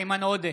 איימן עודה,